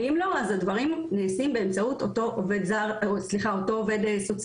ואם לא אז הדברים נעשים באמצעות אותו עו"ס באמת שמכיר